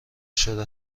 شده